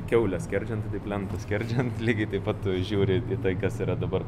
kiaulę skerdžiant lentą skerdžiant lygiai taip pat žiūri į tai kas yra dabar